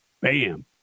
Bam